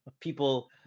people